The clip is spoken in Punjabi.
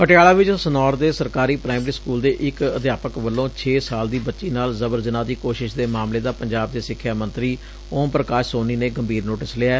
ਪਟਿਆਲਾ ਚ ਸਨੌਰ ਦੇ ਸਰਕਾਰੀ ਪ੍ਾਇਮਰੀ ਸਕੁਲ ਦੇ ਇਕ ਅਧਿਆਪਕ ਵੱਲੋ ਛੇ ਸਾਲ ਦੀ ਬੱਚੀ ਨਾਲ ਜ਼ਬਰ ਜਨਾਹ ਦੀ ਕੋਸ਼ਿਸ਼ ਦੇ ਮਾਮਲੇ ਦਾ ਪੰਜਾਬ ਦੇ ਸਿੱਖਿਆ ਮੰਤਰੀ ਓਮ ਪੁਕਾਸ਼ ਸੋਨੀ ਨੇ ਗੰਭੀਰ ਨੋਟਿਸ ਲਿਐ